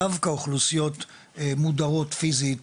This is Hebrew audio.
דווקא אוכלוסיות מודרות פיזית,